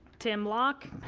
tim lock.